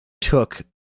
took